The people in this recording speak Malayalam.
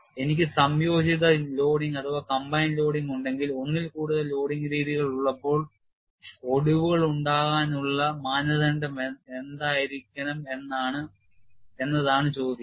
എനിക്ക് സംയോജിത ലോഡിംഗ് ഉണ്ടെങ്കിൽ ഒന്നിൽ കൂടുതൽ ലോഡിംഗ് രീതികൾ ഉള്ളപ്പോൾ ഒടിവുണ്ടാകാനുള്ള മാനദണ്ഡം എന്തായിരിക്കണം എന്നതാണ് ചോദ്യം